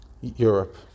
Europe